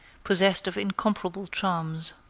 possessed of incomparable charms.